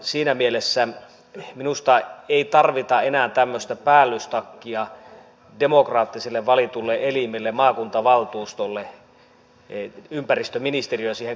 siinä mielessä minusta ei tarvita enää demokraattisesti valitulle elimelle maakuntavaltuustolle tämmöistä päällystakkia ympäristöministeriötä siihen katsomaan